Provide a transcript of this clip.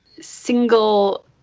single